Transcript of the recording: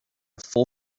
full